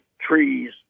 trees